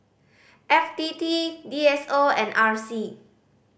F T T D S O and R C